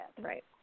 Right